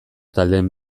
taldeen